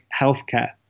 healthcare